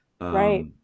Right